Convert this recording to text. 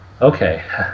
Okay